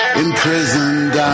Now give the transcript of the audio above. imprisoned